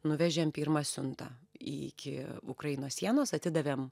nuvežėm pirmą siuntą iki ukrainos sienos atidavėm